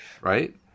right